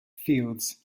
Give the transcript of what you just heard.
fields